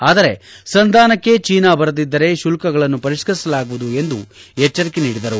ಆದರೆ ಸಂದಾನಕ್ಕೆ ಚೀನಾ ಬರದಿದ್ದರೆ ಶುಲ್ತಗಳನ್ನು ಪರಿಷ್ಠರಿಸಲಾಗುವುದು ಎಂದು ಎಚ್ಚರಿಸಿದರು